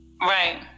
Right